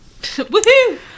Woohoo